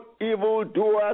evildoers